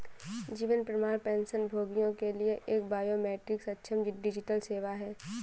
जीवन प्रमाण पेंशनभोगियों के लिए एक बायोमेट्रिक सक्षम डिजिटल सेवा है